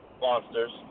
monsters